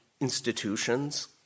institutions